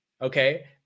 okay